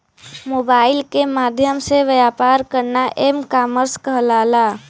mobile के माध्यम से व्यापार करना एम कॉमर्स कहलाला